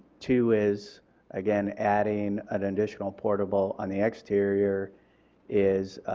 two is again adding an additional portable on the exterior is